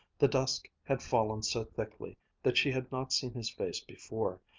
the dusk had fallen so thickly that she had not seen his face before.